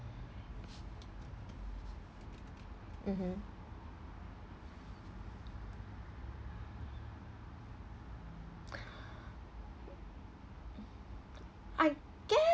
mmhmm I guess